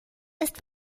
ist